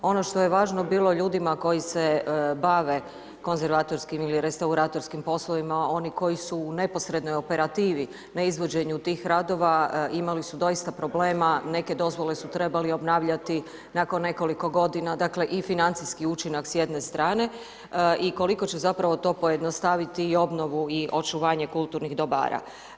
Ono što je važno bilo ljudima koji se bave konzervatorskim ili restauratorskim poslovima, oni koji su u neposrednoj operativi, na izvođenju tih radova, imali su doista problema, neke dozvole su trebali obnavljati, nakon nekoliko godina, dakle i financijski učinak s jedne strane i koliko će zapravo to pojednostaviti i obnovu i očuvanje kulturnih dobara.